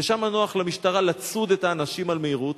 שם נוח למשטרה לצוד את האנשים על מהירות,